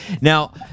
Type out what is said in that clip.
Now